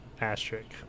asterisk